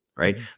right